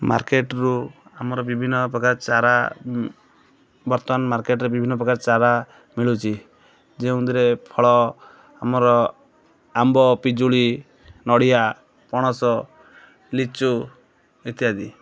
ମାର୍କେଟ୍ରୁ ଆମର ବିଭିନ୍ନ ପ୍ରକାର ଚାରା ବର୍ତ୍ତମାନ ମାର୍କେଟ୍ରେ ବିଭିନ୍ନ ପ୍ରକାର ଚାରା ମିଳୁଛି ଯେଉଁଥିରେ ଫଳ ଆମର ଆମ୍ବ ପିଜୁଳି ନଡ଼ିଆ ପଣସ ଲିଚୁ ଇତ୍ୟାଦି